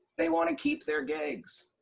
they want to keep their gigs.